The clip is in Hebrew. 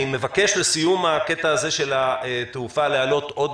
אני מבקש לסיום הקטע הזה של התעופה להעלות עוד